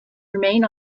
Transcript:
remain